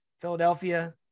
Philadelphia